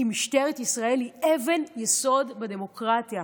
כי משטרת ישראל היא אבן יסוד בדמוקרטיה.